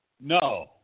No